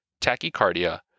tachycardia